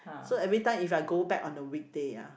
so everytime if I go back on the weekday ah